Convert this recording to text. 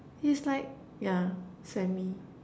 He's like yeah semi